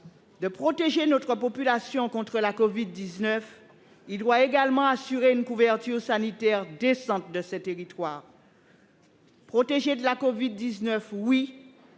de protéger la population contre la covid-19, il doit également assurer une couverture sanitaire décente de nos territoires. Protéger de la covid-19, oui